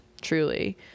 truly